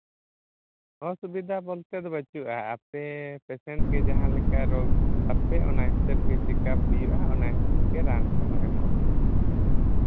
ᱚᱥᱩᱵᱤᱫᱷᱟ ᱵᱚᱞᱛᱮ ᱫᱚ ᱵᱟᱹᱪᱩᱜᱼᱟ ᱟᱯᱮ ᱯᱮᱥᱮᱱᱴ ᱜᱮ ᱡᱟᱦᱟᱸ ᱞᱮᱠᱟ ᱨᱳᱜᱽ ᱟᱯᱮ ᱚᱱᱟ ᱦᱤᱥᱟᱹᱵ ᱜᱮ ᱪᱮᱠᱟᱯ ᱦᱩᱭᱩᱜᱼᱟ ᱚᱱᱟ ᱦᱤᱥᱟᱹᱵ ᱜᱮ ᱨᱟᱱ ᱠᱚᱦᱚᱸ ᱮᱢᱚᱜ ᱦᱩᱭᱩᱜᱼᱟ